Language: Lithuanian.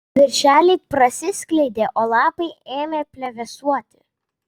viršeliai prasiskleidė o lapai ėmė plevėsuoti